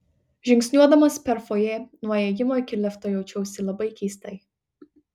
žingsniuodamas per fojė nuo įėjimo iki lifto jaučiausi labai keistai